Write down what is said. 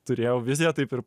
turėjau viziją taip ir